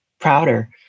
prouder